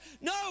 no